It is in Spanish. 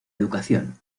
educación